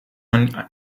man